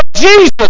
Jesus